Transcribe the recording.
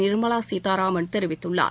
நிர்மலா சீதாராமன் தெரிவித்துள்ளார்